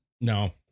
No